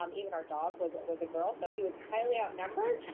um even our dog was was a girl, so he was highly outnumbered.